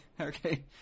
okay